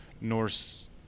Norse